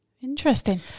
Interesting